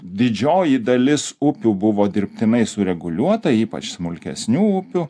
didžioji dalis upių buvo dirbtinai sureguliuota ypač smulkesnių upių